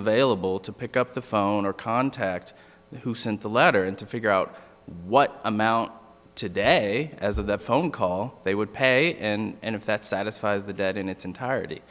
available to pick up the phone or contact who sent the letter and to figure out what amount today as of that phone call they would pay and if that satisfies the dead in its entirety